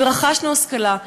ורכשנו השכלה.